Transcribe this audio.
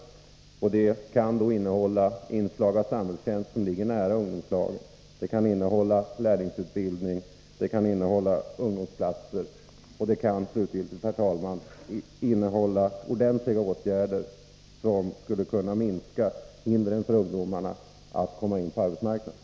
Ett sådant förslag kan innehålla inslag av samhällstjänst, som ligger nära ungdomslagen. Det kan innehålla lärlingsutbildning och ungdomsplatser. Och det kan slutligen, herr talman, innehålla ordentliga åtgärder som skulle kunna minska hindren för ungdomarna att komma in på arbetsmarknaden.